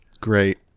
great